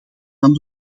van